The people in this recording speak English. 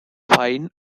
fine